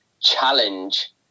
challenge